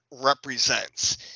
represents